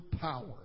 power